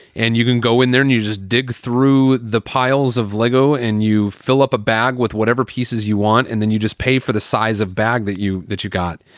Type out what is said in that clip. and you can go in there and you just dig through the piles of lego and you fill up a bag with whatever pieces you want and then you just pay for the size of bag that you that you got.